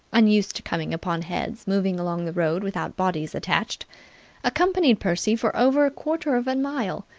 unused to coming upon heads moving along the road without bodies attached accompanied percy for over a quarter of a mile,